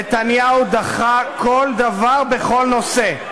נתניהו דחה כל דבר בכל נושא.